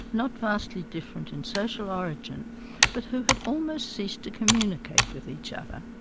not vastly different in social origin but who had almost ceased to communicate with each other.